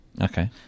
Okay